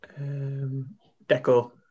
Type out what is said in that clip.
Deco